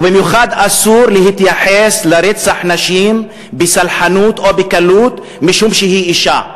ובמיוחד אסור להתייחס לרצח נשים בסלחנות או בקלות משום שהיא אישה.